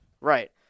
Right